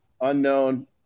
unknown